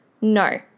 No